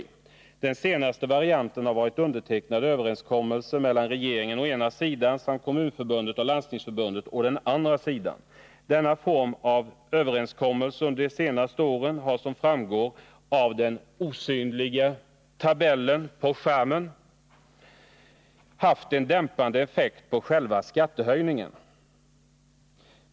Den senaste varianten har varit undertecknads överenskommelser mellan regeringen å ena sidan samt Kommunförbundet och Landstingsförbundet å den andra sidan. Denna form av överenskommelse under de senaste åren har som framgår av tabell nr 2 haft en dämpande effekt på själva skattehöjningen.